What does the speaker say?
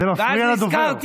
זה מפריע לדובר.